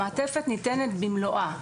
המעטפת ניתנת במלואה.